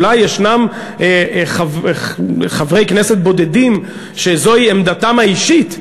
אולי ישנם חברי כנסת בודדים שזוהי עמדתם האישית,